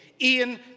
Ian